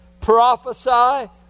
prophesy